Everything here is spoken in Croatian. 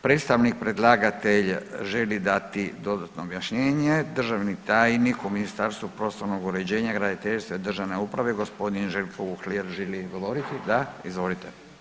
Predstavnik predlagatelja želi dati dodatno objašnjenje, državni tajnik u Ministarstvu prostornog uređenja, graditeljstva i državne uprave gospodin Željko Uhlir želi li govoriti, da, izvolite.